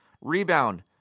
Rebound